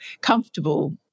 comfortable